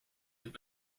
and